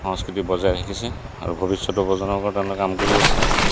সংস্কৃতি বজাই ৰাখিছে আৰু ভৱিষ্যত প্ৰজন্মৰ কাৰণে তেওঁলোক কাম কৰি আছে